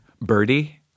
Birdie